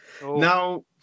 now